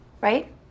right